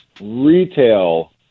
retail